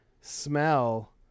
smell